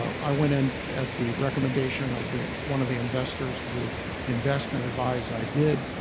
i went in at the recommendation of the one of the investors to invest and advise, i did.